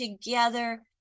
together